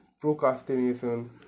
procrastination